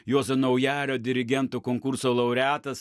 juozo naujalio dirigentų konkurso laureatas